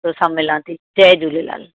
तोसां मिला थी जय झूलेलाल